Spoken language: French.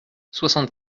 soixante